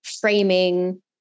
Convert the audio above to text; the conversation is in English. framing